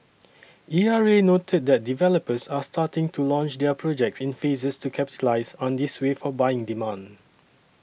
E R A noted that developers are starting to launch their projects in phases to capitalise on this wave for buying demand